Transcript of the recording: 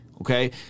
Okay